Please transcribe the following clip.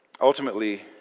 ultimately